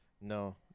No